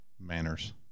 manners